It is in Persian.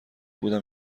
بودم